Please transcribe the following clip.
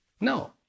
No